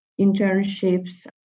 internships